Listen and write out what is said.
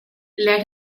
les